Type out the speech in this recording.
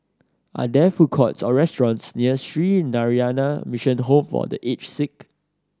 are there food courts or restaurants near Sree Narayana Mission Home for The Aged Sick